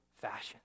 fashion